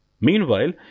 Meanwhile